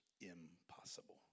impossible